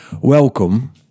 Welcome